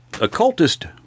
Occultist